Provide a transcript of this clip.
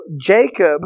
Jacob